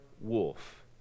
wolf